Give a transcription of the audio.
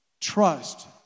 Trust